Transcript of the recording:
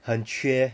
很缺